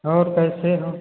और कैसे हैं